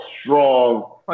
strong